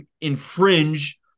infringe